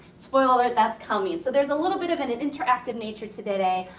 spoiler alert that's coming. so, there's a little bit of and an interactive nature today.